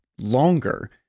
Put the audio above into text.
longer